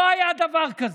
לא היה דבר כזה,